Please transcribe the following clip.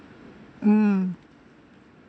mm